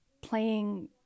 playing